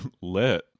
lit